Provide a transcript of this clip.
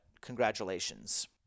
congratulations